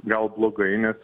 gal blogai nes